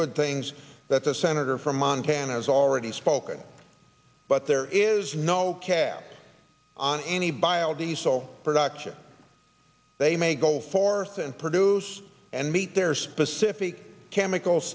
good things that the senator from montana has already spoken but there is no cap on any biodiesel production they may go forth and produce and meet their specific chemical